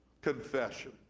confession